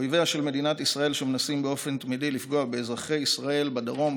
אויביה של מדינת ישראל מנסים באופן תמידי לפגוע באזרחי ישראל בדרום,